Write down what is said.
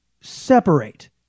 separate